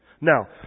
Now